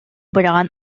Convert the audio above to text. быраҕан